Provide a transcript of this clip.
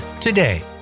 today